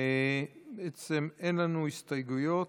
אין לנו הסתייגויות.